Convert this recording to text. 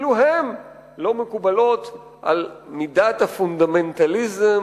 אפילו הן לא מקובלות על מידת הפונדמנטליזם